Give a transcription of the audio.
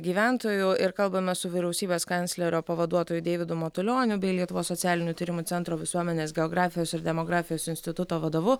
gyventojų ir kalbame su vyriausybės kanclerio pavaduotoju deividu matulioniu bei lietuvos socialinių tyrimų centro visuomenės geografijos ir demografijos instituto vadovu